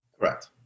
Correct